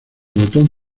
botón